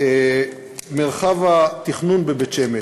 מרחב התכנון בבית-שמש